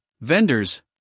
vendors